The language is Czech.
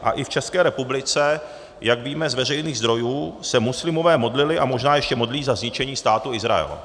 A i v České republice, jak víme z veřejných zdrojů, se muslimové modlili a možná ještě modlí za zničení Státu Izrael.